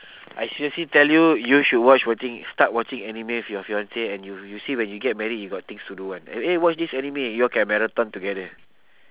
I seriously tell you you should watch watching start watching anime with your fiance and you you see when you get married you got things to do [one] eh eh watch this anime you all can marathon together